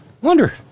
wonder